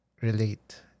relate